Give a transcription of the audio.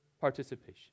participation